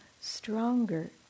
stronger